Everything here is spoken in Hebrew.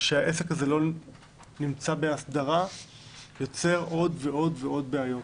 שהעסק הזה לא נמצא בהסדרה יוצר עוד ועוד בעיות.